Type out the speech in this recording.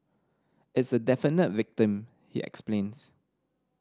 it's a definite victim he explains